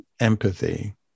empathy